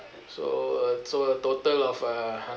so so a total of uh